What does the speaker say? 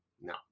No